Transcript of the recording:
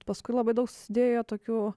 paskui labai daug studijoje tokių